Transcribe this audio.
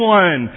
one